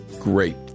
Great